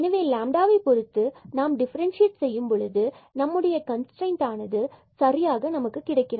எனவே அளவைப் பொறுத்து நாம் டிஃபரண்சியே ட் செய்யும் பொழுது நம்முடைய கன்ஸ்ரைன்ட் சரியாக நமக்கு கிடைக்கிறது